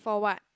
for what